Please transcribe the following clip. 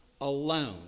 alone